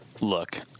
look